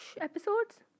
episodes